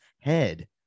head